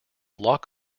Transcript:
lock